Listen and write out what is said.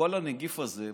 בכל הנגיף הזה,